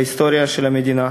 בהיסטוריה של המדינה.